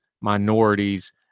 minorities